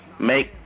make